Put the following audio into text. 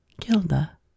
Gilda